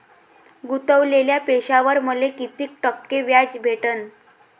गुतवलेल्या पैशावर मले कितीक टक्के व्याज भेटन?